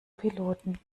piloten